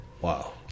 wow